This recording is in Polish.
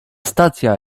stacja